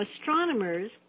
astronomers